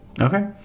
Okay